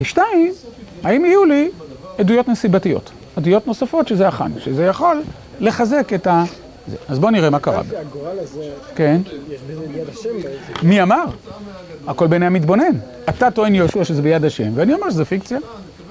ושתיים, האם יהיו לי עדויות נסיבתיות, עדויות נוספות שזה עכן, שזה יכול לחזק את ה... אז בואו נראה מה קרה. כן? מי אמר? הכל בעיני המתבונן. אתה טוען יהושע שזה ביד השם, ואני אומר שזה פיקציה.